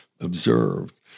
observed